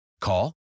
Call